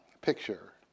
picture